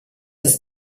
ist